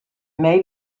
may